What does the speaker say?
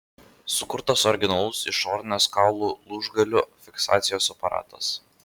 sukurtas originalus išorinės kaulų lūžgalių fiksacijos aparatas